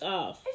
off